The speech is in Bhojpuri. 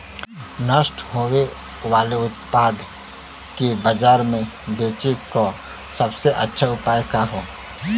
नष्ट होवे वाले उतपाद के बाजार में बेचे क सबसे अच्छा उपाय का हो?